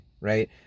right